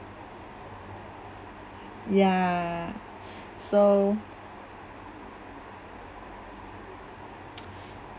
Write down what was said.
ya so